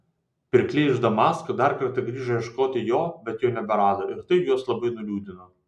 pirkliai iš damasko dar kartą grįžo ieškoti jo bet jau neberado ir tai juos labai nuliūdino